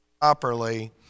properly